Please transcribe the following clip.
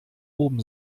oben